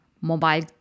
mobile